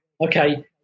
okay